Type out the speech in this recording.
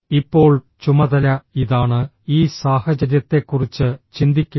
ഇപ്പോൾ ചുമതല ഇതാണ് ഈ സാഹചര്യത്തെക്കുറിച്ച് ചിന്തിക്കുക